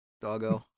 Doggo